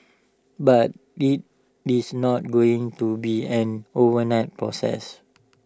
but IT it's not going to be an overnight process